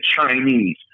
Chinese